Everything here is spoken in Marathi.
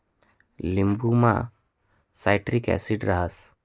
लिंबुमा सायट्रिक ॲसिड रहास